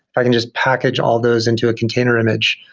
i can just package all those into a container image,